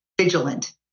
vigilant